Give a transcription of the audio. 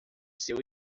seu